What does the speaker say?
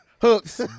Hooks